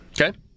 Okay